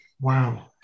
wow